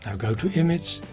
ah go to image,